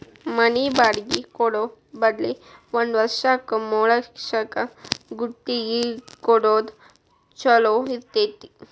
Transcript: ಮನಿ ಬಾಡ್ಗಿ ಕೊಡೊ ಬದ್ಲಿ ಒಂದ್ ವರ್ಷಕ್ಕ ಮೂರ್ಲಕ್ಷಕ್ಕ ಗುತ್ತಿಗಿ ಕೊಡೊದ್ ಛೊಲೊ ಇರ್ತೆತಿ